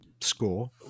score